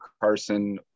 Carson